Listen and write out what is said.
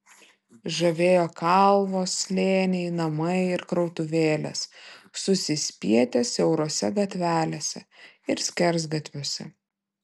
žavėjo kalvos slėniai namai ir krautuvėlės susispietę siaurose gatvelėse ir skersgatviuose